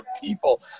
people